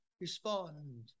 respond